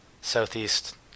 southeast